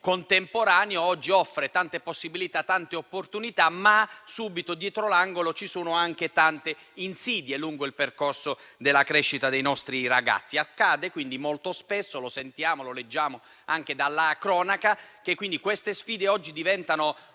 contemporaneo offre tante possibilità e tante opportunità, ma dietro l'angolo ci sono tante insidie lungo il percorso della crescita dei nostri ragazzi. Accade quindi molto spesso - lo sentiamo e lo leggiamo dalla cronaca - che queste sfide diventino